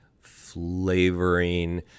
flavoring